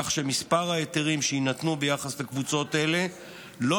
כך שמספר ההיתרים שיינתנו לקבוצות אלה לא